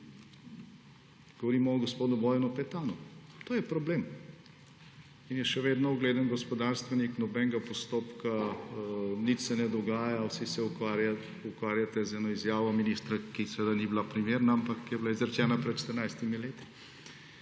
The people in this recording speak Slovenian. Govorimo o gospodu Bojanu Petanu. To je problem. In je še vedno ugleden gospodarstvenik, nobenega postopka, nič se ne dogaja, vsi se ukvarjate z eno izjavo ministra, ki seveda ni bila primerna, ampak je bila izrečena ped 14 leti